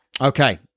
Okay